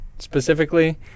Specifically